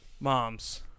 moms